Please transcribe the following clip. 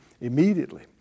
immediately